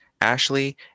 ashley